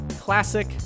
classic